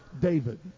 David